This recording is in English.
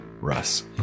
Russ